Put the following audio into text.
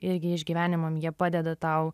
irgi išgyvenimam jie padeda tau